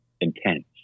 intense